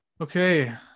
Okay